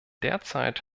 derzeit